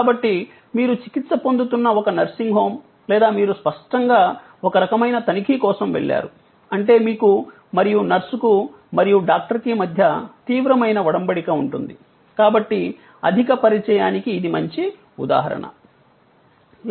కాబట్టి మీరు చికిత్స పొందుతున్న ఒక నర్సింగ్ హోమ్ లేదా మీరు స్పష్టంగా ఒక రకమైన తనిఖీ కోసం వెళ్ళారు అంటే మీకు మరియు నర్సుకు మరియు డాక్టర్ కి మధ్య తీవ్రమైన ఒడంబడిక ఉంటుంది కాబట్టి అధిక పరిచయానికి ఇది మంచి ఉదాహరణ